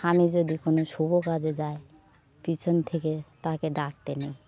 আমি যদি কোনো শুভ কাজে যাই পিছন থেকে তাকে ডাকতে নেই